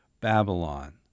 Babylon